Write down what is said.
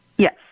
Yes